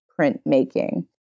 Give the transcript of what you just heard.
printmaking